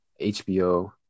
HBO